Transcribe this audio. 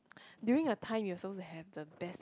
during a time you are supposed to have the best